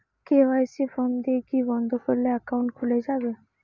KYC form দিয়ে কি বন্ধ একাউন্ট খুলে যাবে?